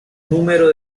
número